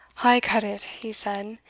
i cut it, he said,